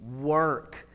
work